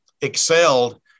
excelled